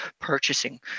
purchasing